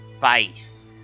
face